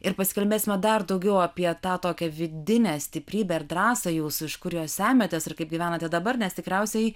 ir pasikalbėsime dar daugiau apie tą tokią vidinę stiprybę ir drąsą jūsų iš kur jos semiatės ir kaip gyvenate dabar nes tikriausiai